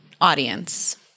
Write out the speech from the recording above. audience